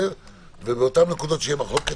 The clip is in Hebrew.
ובאותן נקודות שתהיה מחלוקת,